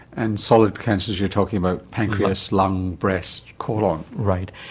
and solid cancers you're talking about pancreas, lung, breast, colon. right,